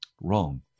Wrong